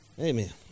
Amen